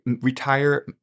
Retire